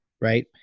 right